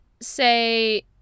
say